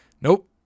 Nope